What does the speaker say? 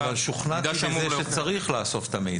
שוכנעתי שזה כאשר צריך לאסוף את המידע.